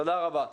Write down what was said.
תודה רבה.